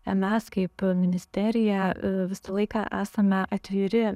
e mes kaip e ministerija e visą laiką esame atviri